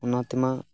ᱚᱱᱟ ᱛᱮᱢᱟ